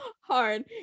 hard